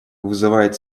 вызывает